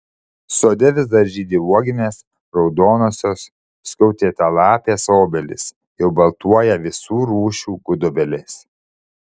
sode vis dar žydi uoginės raudonosios skiautėtalapės obelys jau baltuoja visų rūšių gudobelės